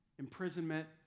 Imprisonment